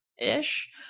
ish